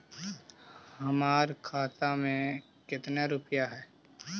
हमार के खाता नंबर में कते रूपैया है?